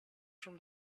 from